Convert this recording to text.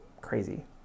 crazy